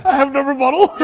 have no rebuttal.